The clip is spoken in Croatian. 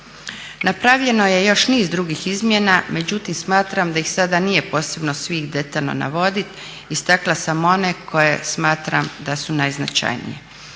Napravljeno je još niz drugih izmjena, međutim smatram da ih sada nije posebno svih detaljno navoditi, stakla sam one koje smatram da su najznačajnije.